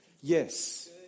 Yes